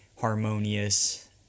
harmonious